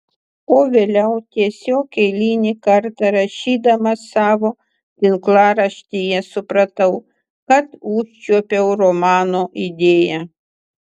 o vėliau tiesiog eilinį kartą rašydamas savo tinklaraštyje supratau kad užčiuopiau romano idėją